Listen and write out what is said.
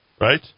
right